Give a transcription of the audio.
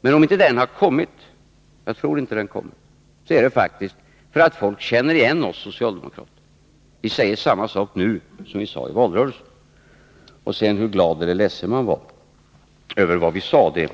Men om den inte kommit — och jag tror inte att den kommer - är det faktiskt för att folk känner igen oss socialdemokrater. Vi säger samma sak nu som vi sade i valrörelsen. Hur glad eller ledsen man sedan var över vad vi sade